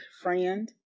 friend